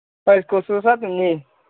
ꯍꯣꯏ ꯀꯣꯁꯨ ꯁꯥꯇꯝꯅꯤ